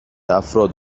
افراد